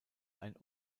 ein